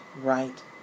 right